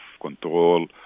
control